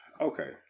Okay